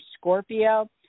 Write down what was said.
Scorpio